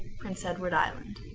prince edward island.